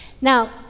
Now